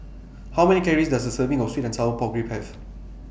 How Many Calories Does A Serving of Sweet and Sour Pork Ribs Have